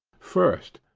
first.